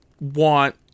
want